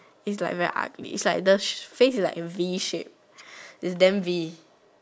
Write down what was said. is like very ugly is like the face is like in V shape is damn V is like very ugly